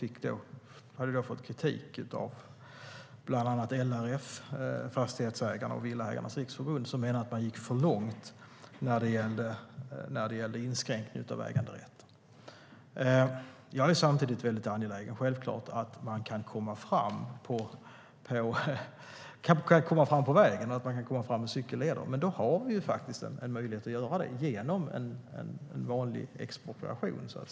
Det hade fått kritik av bland annat LRF, Fastighetsägarna och Villaägarnas Riksförbund, som menade att man gick för långt när det gällde inskränkning av äganderätten. Jag är självklart väldigt angelägen om att vi ska kunna komma framåt när det gäller vägar och cykelleder. Det har vi en möjlighet att se till genom en vanlig expropriation.